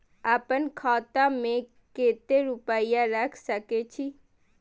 आपन खाता में केते रूपया रख सके छी?